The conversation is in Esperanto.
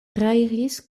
trairis